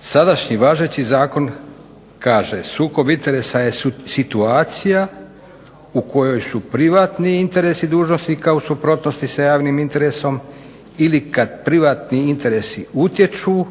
sadašnji važeći zakon kaže sukob interesa je situacija u kojoj su privatni interesi dužnosnika u suprotnosti sa javnim interesom ili kadi privatni interesi utječu